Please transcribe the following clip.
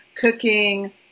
cooking